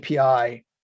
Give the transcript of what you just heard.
API